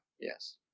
yes